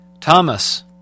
Thomas